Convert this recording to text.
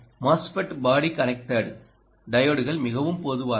MOSFET body connected MOSFET டையோட்கள் மிகவும் பொதுவானவை